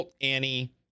Annie